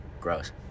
gross